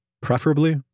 preferably